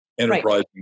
enterprising